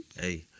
Hey